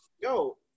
Yo